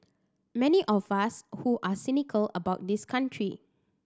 many of us who are cynical about this country